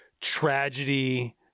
tragedy